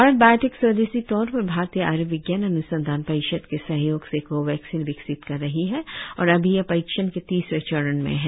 Bharat Biotech स्वदेशी तौर पर भारतीय आय्र्विज्ञान अन्संधान परिषद के सहयोग से कोवैक्सीन विकसित कर रही है और अभी यह परीक्षण के तीसरे चरण में है